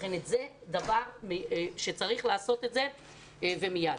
זה דבר שצריך לעשות אותו ומיד.